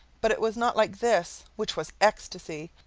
but it was not like this, which was ecstasy.